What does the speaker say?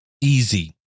Easy